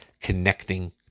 connecting